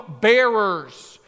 bearers